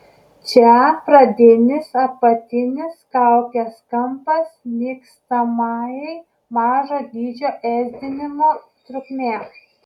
čia pradinis apatinis kaukės kampas nykstamai mažo dydžio ėsdinimo trukmė